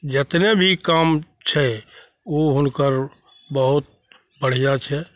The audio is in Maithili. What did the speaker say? जतने भी काम छै ओ हुनकर बहुत बढ़िआँ छै